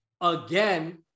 again